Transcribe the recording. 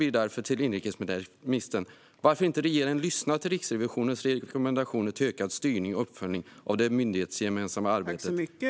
Min fråga till inrikesministern blir därför varför regeringen inte lyssnar till Riksrevisionens rekommendationer om ökad styrning och uppföljning av det myndighetsgemensamma arbetet mot brottslighet.